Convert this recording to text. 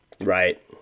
Right